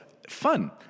Fun